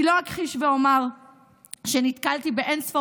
אני לא אכחיש ואומר שנתקלתי באין-ספור